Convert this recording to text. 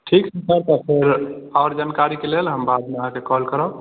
ठीक छै तऽ फेर आओर जानकारीके लेल हम बादमे अहाँकेँ कॉल करब